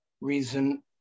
reason